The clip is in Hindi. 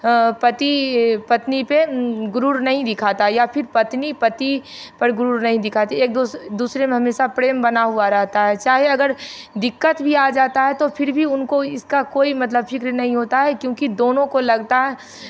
पति पत्नी पे गुरूर नहीं दिखाता या पत्नी पति पर गुरूर नहीं दिखाती एक दूसरे में हमेशा प्रेम बना हुआ रहता है चाहे अगर दिक्कत भी आ जाता है तो फिर भी उनको इसका कोई मतलब फ़िक्र नहीं होता है क्योंकि दोनों को लगता है